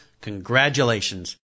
congratulations